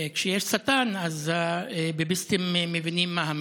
כשיש שטן אז הביביסטים מבינים מה המסר.